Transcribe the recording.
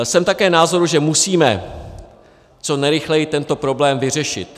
Jsem také názoru, že musíme co nejrychleji tento problém vyřešit.